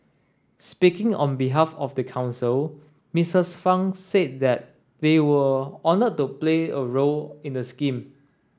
speaking on behalf of the council Missis Fang said that they were honoured to play a role in the scheme